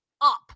up